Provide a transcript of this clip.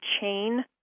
chain